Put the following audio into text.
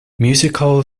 musical